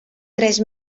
tres